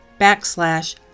backslash